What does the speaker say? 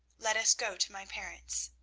let us go to my parents.